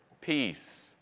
peace